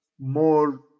more